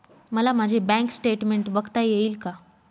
मला माझे bank statement बघता येईल का?